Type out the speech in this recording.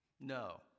no